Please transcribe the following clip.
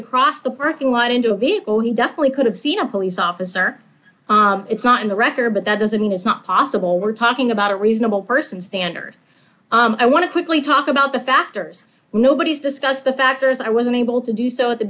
across the parking lot into a vehicle he definitely could have seen a police officer it's not in the record but that doesn't mean it's not possible we're talking about a reasonable person standard i want to quickly talk about the factors nobody's discussed the factors i was unable to do so at the